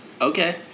Okay